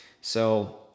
So-